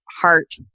heart